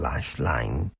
Lifeline